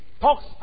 Talks